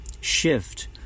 shift